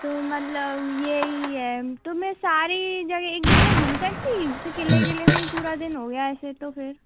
तो मतलब यही है तो मैं सारी जगह एक दिन में घूम सकती जैसे क़िले क़िले में ही पूरा दिन हो गया ऐसे तो फिर